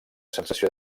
sensació